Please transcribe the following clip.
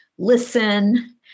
listen